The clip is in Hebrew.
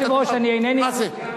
מה זה?